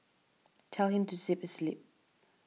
tell him to zip his lip